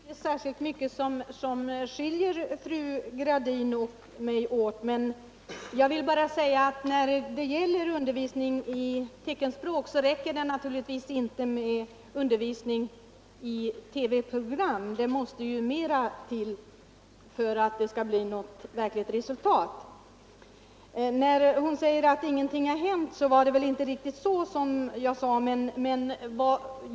Herr talman! Det är inte särskilt mycket som skiljer fru Gradin och mig i denna fråga. Jag vill bara framhålla att när det gäller undervisning i teckenspråket det naturligtvis inte räcker med undervisning bara i TV-program. Mer måste till för att det skall bli ett verkligt gott resultat. Jag har inte påstått att ingenting har hänt.